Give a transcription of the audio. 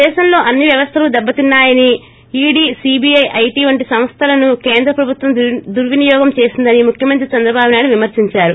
దేశంలో అన్ని వ్యవస్థలు దెబ్బతిన్నా యని ఈడీ సీబీఐ ఐటీ వంటి సంస్థలను కేంద్ర ప్రభుత్వం దుర్వినియోగం చేసిందని ముఖ్యమంత్రి చంద్రబాబు నాయుడు విమర్పించారు